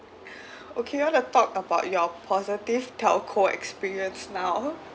okay you want to talk about your positive telco experience now